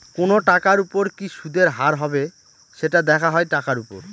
কোনো টাকার উপর কি সুদের হার হবে, সেটা দেখা হয় টাকার উপর